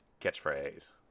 catchphrase